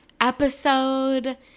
episode